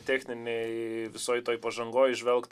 techninėj visoj toj pažangoj įžvelgt